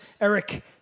Eric